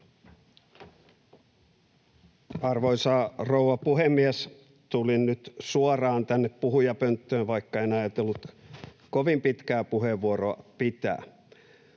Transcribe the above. Arvoisa rouva puhemies! Tulin nyt suoraan tänne puhujapönttöön, vaikka en ajatellut kovin pitkää puheenvuoroa pitää.